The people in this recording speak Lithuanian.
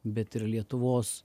bet ir lietuvos